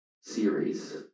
series